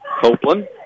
Copeland